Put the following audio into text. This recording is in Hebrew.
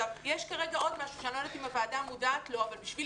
יש עוד משהו שאני לא יודעת אם הוועדה מודעת לו אבל בשביל